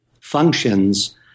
functions